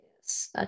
Yes